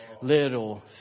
little